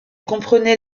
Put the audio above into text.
comprenait